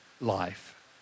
Life